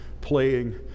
playing